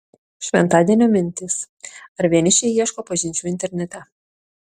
šventadienio mintys ar vienišiai ieško pažinčių internete